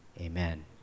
amen